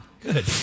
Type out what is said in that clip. Good